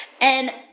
And-